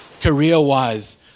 career-wise